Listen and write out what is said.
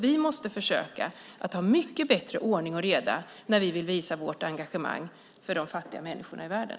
Vi måste försöka ha mycket bättre ordning och reda när vi vill visa vårt engagemang för de fattiga människorna i världen.